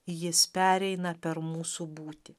jis pereina per mūsų būtį